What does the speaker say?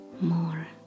more